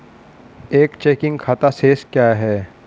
एक चेकिंग खाता शेष क्या है?